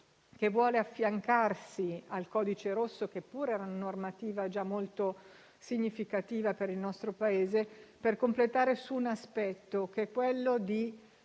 Esso vuole affiancarsi al Codice rosso, che pure era una normativa già molto significativa per il nostro Paese, per completare un aspetto: prevenire